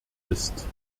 ist